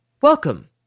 welcome